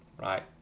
Right